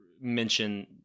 mention